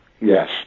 yes